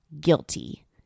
guilty